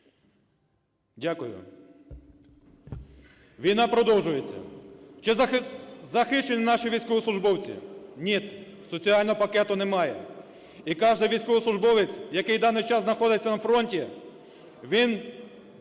Дякую. Війна продовжується. Чи захищені наші військовослужбовці? Ні. Соціального пакету немає. І кожен військовослужбовець, який в даний час знаходиться на фронті, він